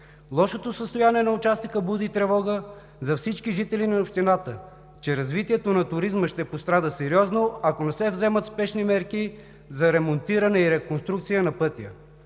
Лошото състояние на участъка буди тревога за всички жители на общината, че развитието на туризма ще пострада сериозно, ако не се вземат спешни мерки за ремонтиране и реконструкция на пътя.